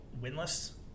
winless